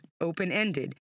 open-ended